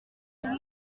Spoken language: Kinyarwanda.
rimwe